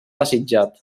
desitjat